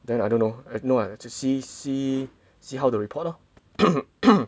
then I don't know if no leh to see see see how the report orh